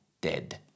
dead